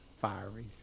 fiery